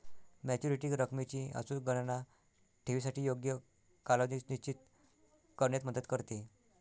maturity रकमेची अचूक गणना ठेवीसाठी योग्य कालावधी निश्चित करण्यात मदत करते